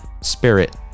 spirit